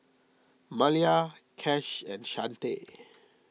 Malia Cash and Chante